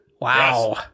Wow